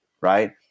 Right